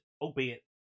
albeit